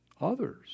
Others